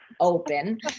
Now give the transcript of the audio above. open